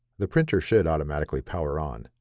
the printer should automatically power on.